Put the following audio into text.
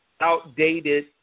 outdated